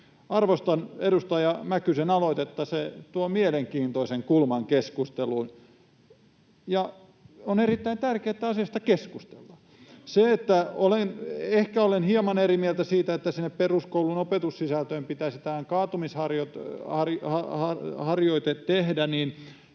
Arvostan edustaja Mäkysen aloitetta. Se tuo mielenkiintoisen kulman keskusteluun, ja on erittäin tärkeätä, että asiasta keskustellaan. Ehkä olen hieman eri mieltä siitä, että sinne peruskoulun opetussisältöön pitäisi tällainen kaatumisharjoite tehdä. En